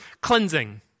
cleansing